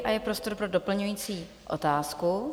A je prostor pro doplňující otázku.